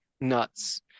Nuts